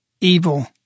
evil